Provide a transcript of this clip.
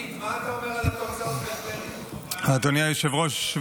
אדוני היושב-ראש,